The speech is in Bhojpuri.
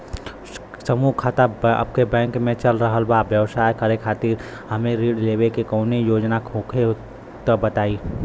समूह खाता आपके बैंक मे चल रहल बा ब्यवसाय करे खातिर हमे ऋण लेवे के कौनो योजना होखे त बताई?